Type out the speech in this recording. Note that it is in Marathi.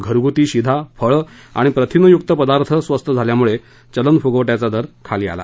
घरगुती शिधा फळं आणि प्रथिनयुक्त पदार्थ स्वस्त झाल्यामुळे चलनफुगवट्याचा दर खाली आला